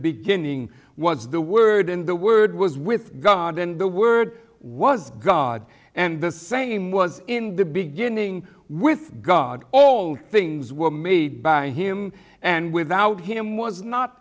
beginning was the word and the word was with god and the word was god and the same was in the beginning with god all things were made by him and without him was not